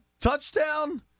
touchdown